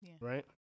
right